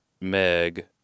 Meg